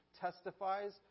testifies